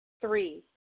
Three